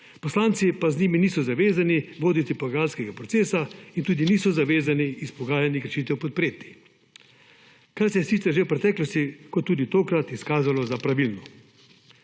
poslanci pa z njimi niso zavezani voditi pogajalskega procesa in tudi niso zvezani izpogajanih rešitev podpreti, kar se je sicer že v preteklosti kot tudi tokrat izkazalo za pravilno.